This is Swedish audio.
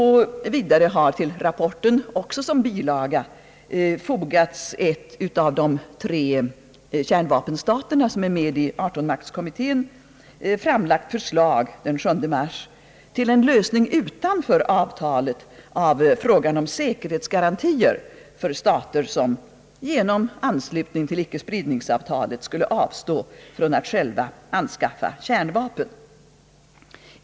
Vidare har till rapporten, också som bilaga, fogats ett förslag, framlagt den 7 mars av de tre kärnvapenmakter som är med i 18-maktskommittén, avseende en lösning utanför avtalet av frågan om säkerhetsgarantier för stater som genom anslutning till icke-spridnings-avtalet skulle avstå från att själva anskaffa kärnvapen.